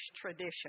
tradition